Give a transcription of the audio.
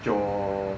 your